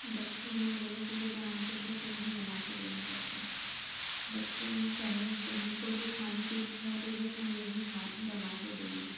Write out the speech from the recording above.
बच्चों ने बोला कि यह बना के दो तो वही बनाकर देना पड़ता है बच्चों ने कहा कि हमको यह खाने की इच्छा हो रही है तो हम यही खाएँ बनाकर देंगे